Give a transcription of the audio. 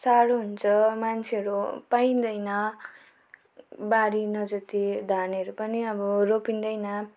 साह्रो हुन्छ मान्छेहरू पाइन्दैन बारी नजोति धानहरू पनि अब रोपिँदैन